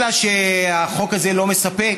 אלא שהחוק הזה לא מספק.